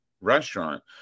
restaurant